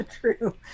True